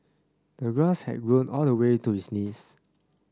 the grass had grown all the way to his knees